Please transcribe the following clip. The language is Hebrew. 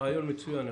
תודה רעיון מצוין.